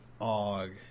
Og